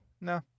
no